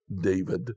David